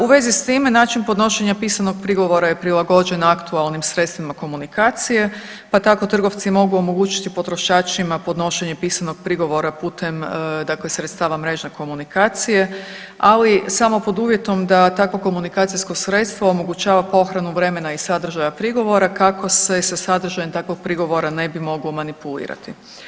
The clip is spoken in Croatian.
U vezi s time način podnošenja pisanog prigovora je prilagođen aktualnim sredstvima komunikacije, pa tako trgovci mogu omogućiti potrošačima podnošenje pisanog prigovora putem, dakle sredstava mrežne komunikacije ali samo pod uvjetom da takvo komunikacijsko sredstvo omogućava pohranu vremena i sadržaja prigovora kako se sa sadržajem takvog prigovora ne bi moglo manipulirati.